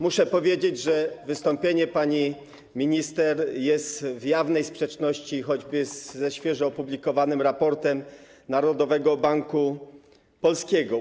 Muszę powiedzieć, że wystąpienie pani minister jest w jawnej sprzeczności choćby ze świeżo opublikowanym raportem Narodowego Banku Polskiego.